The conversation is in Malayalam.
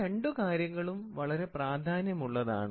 ഈ രണ്ടു കാര്യങ്ങളും വളരെ പ്രാധാന്യമുള്ളതാണ്